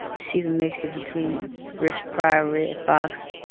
she's a mixture between richard pryor, redd foxx,